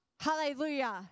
Hallelujah